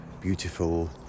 beautiful